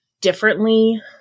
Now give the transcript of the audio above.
differently